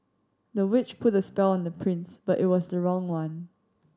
the witch put a on the prince but it was the wrong one